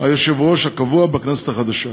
היושב-ראש הקבוע בכנסת החדשה.